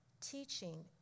teaching